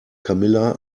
camilla